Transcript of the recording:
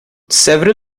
several